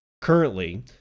Currently